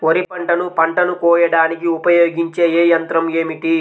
వరిపంటను పంటను కోయడానికి ఉపయోగించే ఏ యంత్రం ఏమిటి?